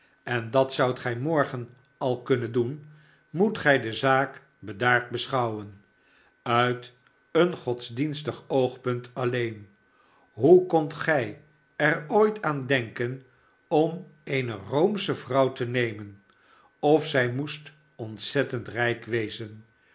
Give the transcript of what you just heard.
en dat zoudt gij morgen al kunnen doen moet gij de zaak bedaard beschouwen uit een godsdienstig oogpunt alleen hoe kondt gij er ooit aan denken om eene roomsche vrouw te nemen of zij moest ontzettend rijk wezen